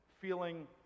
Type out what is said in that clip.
feeling